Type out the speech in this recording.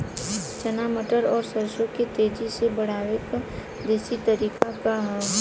चना मटर और सरसों के तेजी से बढ़ने क देशी तरीका का ह?